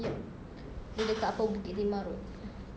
yup dia dekat upper bukit timah road